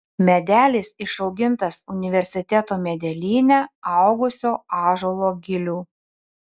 medelis išaugintas universiteto medelyne augusio ąžuolo gilių